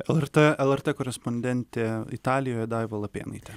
lrt lrt korespondentė italijoje daiva lapėnaitė